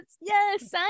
yes